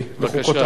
בחוקותי.